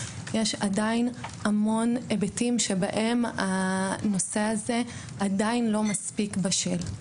יש עדיין המון היבטים שבהם הנושא הזה עדיין לא מספיק בשל,